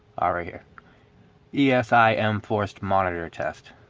all right here yeah es i am forced monitor test